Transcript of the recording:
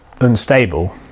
Unstable